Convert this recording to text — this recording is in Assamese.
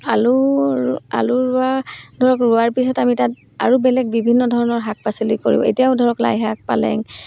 আলু আলু ৰোৱা ধৰক ৰোৱাৰ পিছত আমি তাত আৰু বেলেগ বিভিন্ন ধৰণৰ শাক পাচলি কৰোঁ এতিয়াও ধৰক লাই শাক পালেং